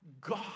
God